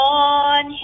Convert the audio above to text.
on